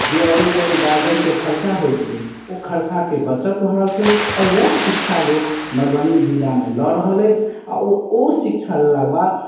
जे अबै जाइमे गार्जनके खर्चा होइ छलै ओहि खर्चाके बचत भऽ रहल छै आइ उएह शिक्षा लोक मधुबनी जिलामे लऽ रहल अछि आ ओ शिक्षा लेलाके बाद